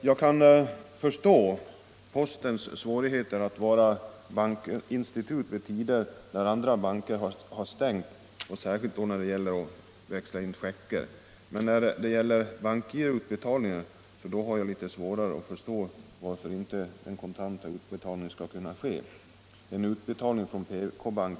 Jag kan förstå postens svårigheter att vara bankinstitut på tider då andra banker har stängt, särskilt när det gäller att lösa in checkar. Men när det gäller inlösen av bankgiroutbetalningskort har jag svårare att förstå varför man inte kan göra en kontantutbetalning.